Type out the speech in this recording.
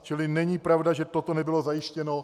Čili není pravda, že toto nebylo zajištěno.